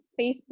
Facebook